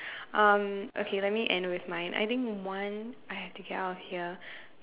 um okay let me end with mine I think one I have to get out of here